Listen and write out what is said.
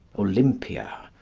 olympia,